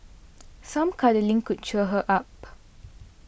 some cuddling could cheer her up